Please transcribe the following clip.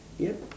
yup